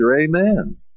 Amen